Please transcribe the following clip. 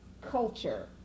culture